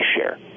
share